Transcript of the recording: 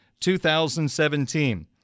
2017